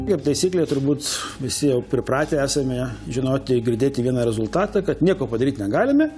kaip taisyklė turbūt visi jau pripratę esame žinoti girdėti vieną rezultatą kad nieko padaryt negalime